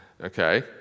Okay